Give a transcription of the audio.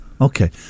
Okay